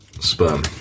sperm